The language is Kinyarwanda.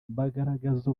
bagaragaza